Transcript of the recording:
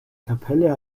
kapelle